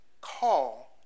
call